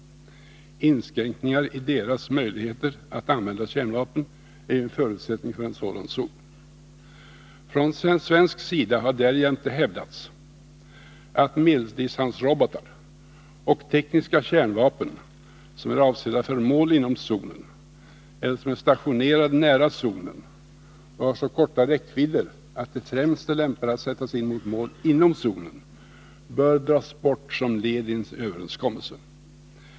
Inskränkningar i deras möjligheter att använda kärnvapen är en förutsättning för en sådan zon. Från svensk sida har därjämte hävdats att medelsdistansrobotar och tekniska kärnvapen, som är avsedda för mål inom zonen eller som är stationerade nära zonen och har så korta räckvidder att de främst är lämpade att sättas in mot mål inom zonen, bör dras bort som ett led i en överenskommelse.